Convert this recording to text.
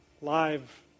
live